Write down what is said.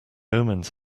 omens